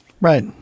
Right